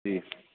جی